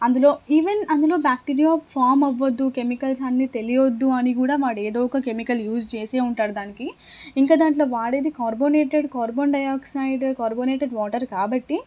అందులో ఈవెన్ అందులో bacteria form అవ్వదు కెమికల్స్ అన్నీ తెలియొద్దు అని కూడా వాడు ఏదో ఒక కెమికల్ యూజ్ చేసే ఉంటాడు దానికి ఇంకా దాంట్లో వాడేది carbonated carbon dioxide carbonated water కాబట్టి